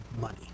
money